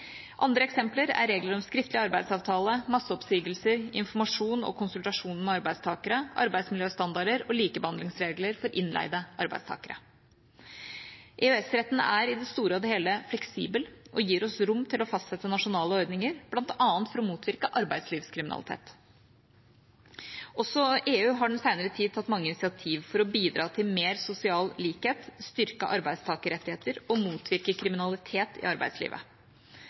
Andre eksempler er regler om skriftlig arbeidsavtale, masseoppsigelser, informasjon og konsultasjon med arbeidstakere, arbeidsmiljøstandarder og likebehandlingsregler for innleide arbeidstakere. EØS-retten er i det store og hele fleksibel og gir oss rom til å fastsette nasjonale ordninger, bl.a. for å motvirke arbeidslivskriminalitet. Også EU har den senere tid tatt mange initiativ for å bidra til mer sosial likhet, styrke arbeidstakerrettigheter og motvirke kriminalitet i arbeidslivet.